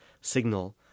signal